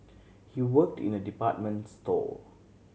he worked in a department store